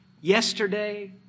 yesterday